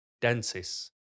dentists